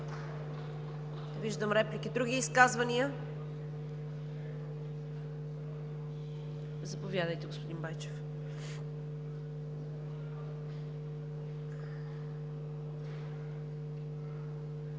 виждам реплики. Други изказвания? Заповядайте, господин Байчев. ТОДОР